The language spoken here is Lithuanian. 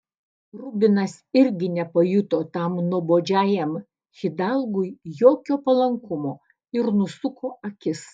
rubinas irgi nepajuto tam nuobodžiajam hidalgui jokio palankumo ir nusuko akis